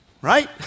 right